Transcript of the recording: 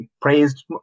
praised